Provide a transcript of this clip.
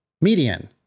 median